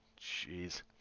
Jeez